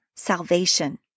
salvation